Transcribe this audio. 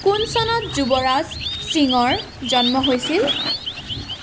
কোন চনত যুৱৰাজ সিঙৰ জন্ম হৈছিল